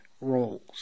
roles